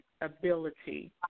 ability